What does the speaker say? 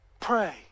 Pray